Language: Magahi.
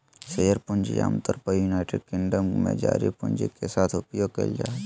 शेयर पूंजी आमतौर पर यूनाइटेड किंगडम में जारी पूंजी के साथ उपयोग कइल जाय हइ